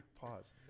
Pause